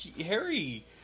Harry